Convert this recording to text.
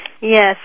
Yes